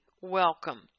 welcome